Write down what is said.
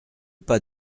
pas